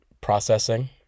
processing